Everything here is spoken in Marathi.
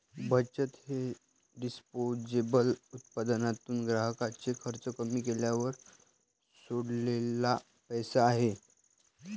बचत हे डिस्पोजेबल उत्पन्नातून ग्राहकाचे खर्च कमी केल्यावर सोडलेला पैसा आहे